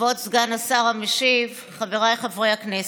כבוד סגן השר המשיב, חבריי חברי הכנסת,